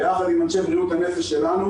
ביחד עם אנשי בריאות הנפש שלנו.